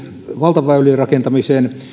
valtaväylien rakentamiseen